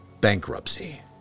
Bankruptcy